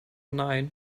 nine